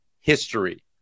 history